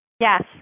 Yes